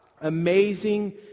amazing